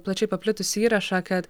plačiai paplitusį įrašą kad